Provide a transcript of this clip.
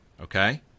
okay